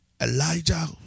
Elijah